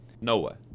Noah